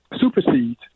supersedes